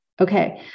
Okay